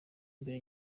imbere